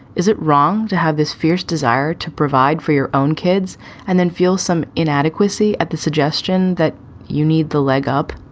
is it wrong to have this fierce desire to provide for your own kids and then feel some inadequacy at the suggestion that you need the leg up?